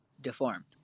deformed